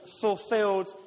fulfilled